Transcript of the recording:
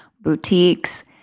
boutiques